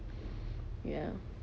ya